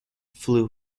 flew